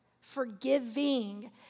forgiving